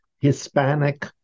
Hispanic